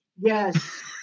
yes